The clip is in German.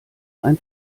ein